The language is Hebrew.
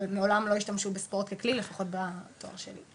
אבל מעולם לא השתמשו בכלי, לפחות בתואר שלי.